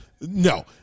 no